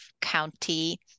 county